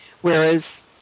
whereas